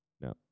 No